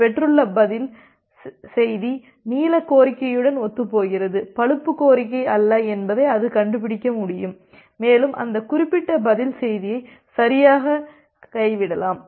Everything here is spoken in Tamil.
அது பெற்றுள்ள பதில் செய்தி நீல கோரிக்கையுடன் ஒத்துப்போகிறது பழுப்பு கோரிக்கை அல்ல என்பதை அது கண்டுபிடிக்க முடியும் மேலும் அந்த குறிப்பிட்ட பதில் செய்தியை சரியாக கைவிடலாம்